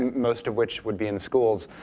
most of which would be in schools,